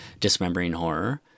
dismemberinghorror